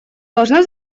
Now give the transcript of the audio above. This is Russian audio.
должна